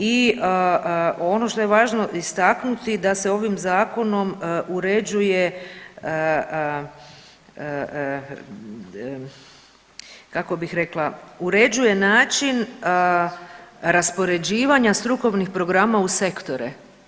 I ono što je važno istaknuti da se ovim zakonom uređuje kako bih rekla uređuje način raspoređivanja strukovnih programa u sektore.